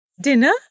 Dinner